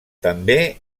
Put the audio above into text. també